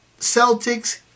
Celtics